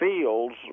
fields